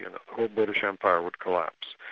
the whole british empire would collapse.